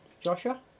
Joshua